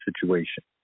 situation